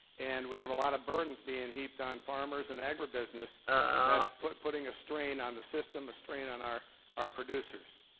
and we have a lot of burdens being heaped on farmers and agribusiness that's put putting a strain on the system, a strain on our our producers.